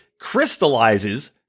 crystallizes